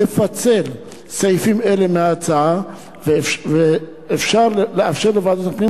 לפצל סעיפים אלה מההצעה ולאפשר לוועדת הפנים